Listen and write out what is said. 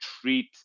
treat